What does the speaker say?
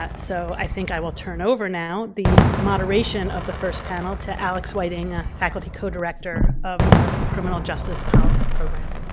ah so i think i will turn over now the moderation of the first panel to alex whiting, faculty co-director of the criminal justice policy program.